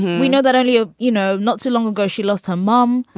we know that only a you know, not too long ago, she lost her mom.